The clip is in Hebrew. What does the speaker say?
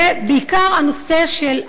ובעיקר הנושא של,